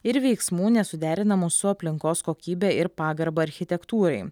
ir veiksmų nesuderinamų su aplinkos kokybe ir pagarba architektūrai